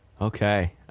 Okay